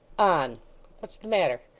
on what's the matter